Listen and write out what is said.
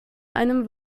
einem